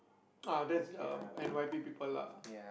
ah that's the n_y_p people lah